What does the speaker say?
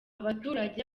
baturage